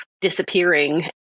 disappearing